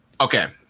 Okay